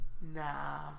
Nah